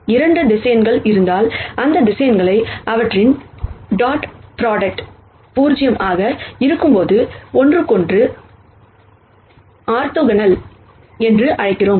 2 vector இருந்தால் இந்த vector அவற்றின் டாட் ப்ராடக்ட் 0 ஆக இருக்கும்போது ஒன்றுக்கொன்று ஆர்த்தோகனல் என்று அழைக்கிறோம்